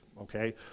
okay